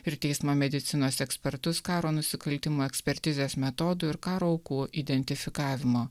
ir teismo medicinos ekspertus karo nusikaltimų ekspertizės metodų ir karo aukų identifikavimo